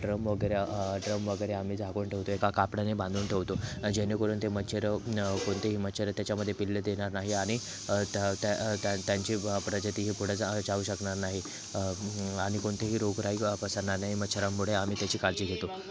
drum वगैरे आ drum वगैरे आम्ही झाकून ठेवतो एका कापडाने बांधून ठेवतो जेणेकरून ते मच्छरं ते मच्छरं त्याच्यामध्ये पिल्ल देणार नाही आणि त्या त्या त्या त्यांचे कापडाचे तेही पुढे जा जाऊ शकणार नाही आणि कोणतीही रोगराई पसरणार नाही मच्छरांमुळे आम्ही त्याची काळजी घेतो